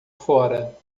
fora